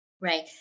right